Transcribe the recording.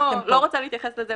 אני לא רוצה להתייחס לזה.